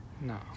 No